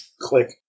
Click